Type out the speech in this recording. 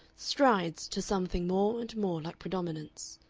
strides to something more and more like predominance.